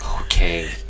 Okay